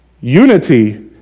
Unity